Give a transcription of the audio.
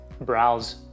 browse